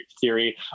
theory